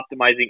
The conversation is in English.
optimizing